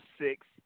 six